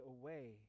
away